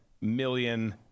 million